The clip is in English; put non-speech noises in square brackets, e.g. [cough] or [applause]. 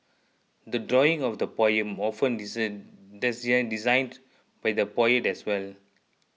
the drawing of the poem often [unintelligible] designed by the poet as well